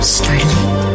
startling